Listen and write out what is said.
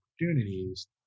opportunities